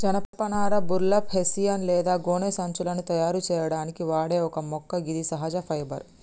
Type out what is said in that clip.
జనపనార burlap, hessian లేదా గోనె సంచులను తయారు సేయడానికి వాడే ఒక మొక్క గిది సహజ ఫైబర్